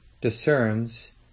discerns